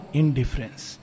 indifference